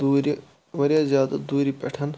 دوٗرِ واریاہ زیادٕ دوٗرِ پٮ۪ٹھ